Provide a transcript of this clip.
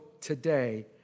today